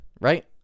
right